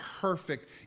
perfect